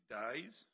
days